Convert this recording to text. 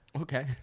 Okay